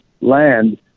land